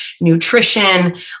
nutrition